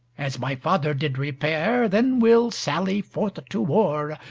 as my father did repair. then will sally forth to war,